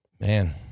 Man